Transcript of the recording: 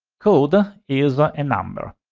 code ah is ah a number